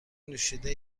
نوشیده